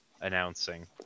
announcing